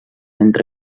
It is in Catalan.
entre